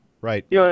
Right